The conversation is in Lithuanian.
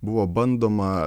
buvo bandoma